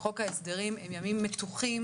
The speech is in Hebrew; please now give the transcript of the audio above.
וחוקי ההסדרים הם ימים מתוחים,